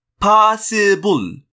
Possible